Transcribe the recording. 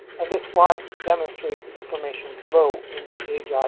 and this slide demonstrates information flow in the hie.